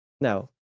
no